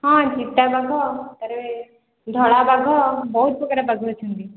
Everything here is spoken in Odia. ହଁ ଚିତାବାଘ ତା'ପରେ ଧଳା ବାଘ ବହୁତ ପ୍ରକାର ବାଘ ଅଛନ୍ତି